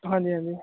ਹਾਂਜੀ ਹਾਂਜੀ